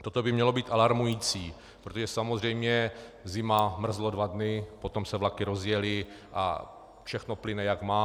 Toto by mělo být alarmující, protože samozřejmě zima, mrzlo dva dny, potom se vlaky rozjely a všechno plyne, jak má.